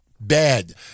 bad